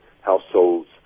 households